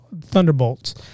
Thunderbolts